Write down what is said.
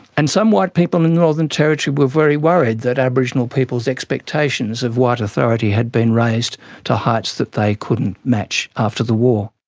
and some white people in the northern territory were very worried that aboriginal people's expectations of white authority had been raised to heights that they couldn't match after the war.